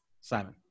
Simon